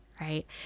Right